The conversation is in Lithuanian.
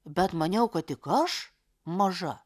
bet maniau kad tik aš maža